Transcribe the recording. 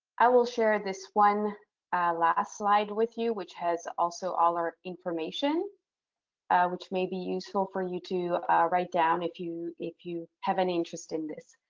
i will share this one last slide with you which has also, all our information which may be useful for you to write down if you if you have an interest in this.